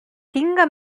tinga